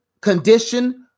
condition